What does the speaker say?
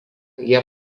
jie